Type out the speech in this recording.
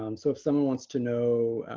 um so if someone wants to know,